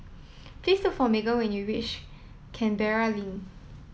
please look for when you wish Canberra Link